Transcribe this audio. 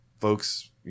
folks